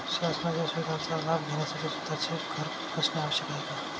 शासनाच्या सुविधांचा लाभ घेण्यासाठी स्वतःचे घर असणे आवश्यक आहे का?